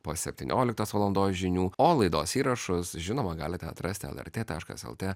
po septynioliktos valandos žinių o laidos įrašus žinoma galite atrasti lrt taškas lt